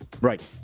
Right